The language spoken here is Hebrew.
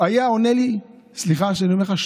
היה עונה לי שטויות, סליחה שאני אומר לך.